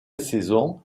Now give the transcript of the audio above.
saison